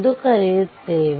ಎಂದು ಕರೆಯುತ್ತೇವೆ